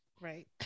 right